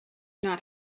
not